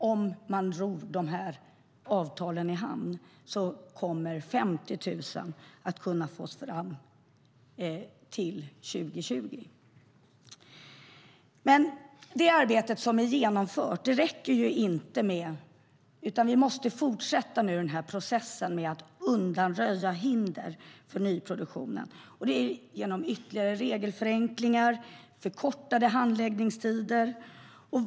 Om man ror dessa avtal i hamn kommer man att kunna få fram 50 000 till 2020.Det arbete som är genomfört räcker dock inte. Vi måste fortsätta processen med att undanröja hinder för nyproduktionen. Det kan ske genom ytterligare regelförenklingar och förkortade handläggningstider.